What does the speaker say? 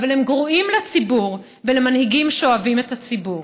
אבל הם גרועים לציבור ולמנהיגים שאוהבים את הציבור.